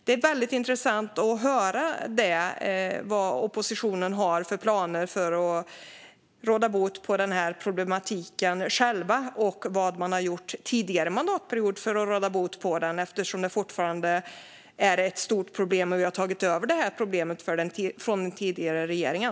Det är väldigt intressant att höra vad oppositionen har för planer för att råda bot på denna problematik och vad man har gjort under tidigare mandatperiod för att råda bot på den. Detta är ju fortfarande ett stort problem, och vi har tagit över det problemet från den tidigare regeringen.